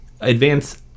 advance